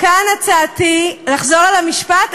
כאן הצעתי, לחזור על המשפט?